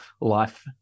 life